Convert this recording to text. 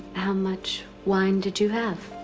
how much wine did you have?